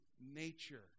nature